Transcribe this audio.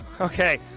Okay